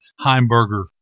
Heimberger